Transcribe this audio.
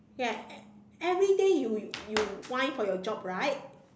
ya everyday you you whine for your job right